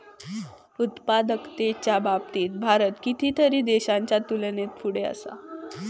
उत्पादकतेच्या बाबतीत भारत कितीतरी देशांच्या तुलनेत पुढे असा